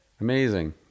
amazing